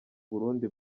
burundi